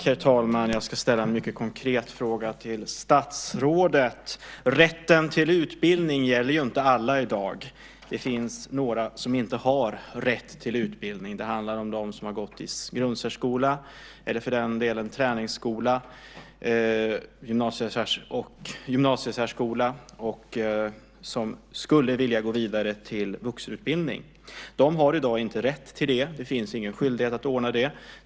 Herr talman! Jag ska ställa en mycket konkret fråga till statsrådet. Rätten till utbildning gäller ju inte alla i dag. Det finns några som inte har rätt till utbildning. Det handlar om dem som gått i grundsärskola, eller för den delen i träningsskola, och gymnasiesärskola och skulle vilja gå vidare till vuxenutbildning. De har i dag inte rätt till det. Det finns ingen skyldighet att ordna det.